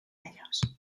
ellos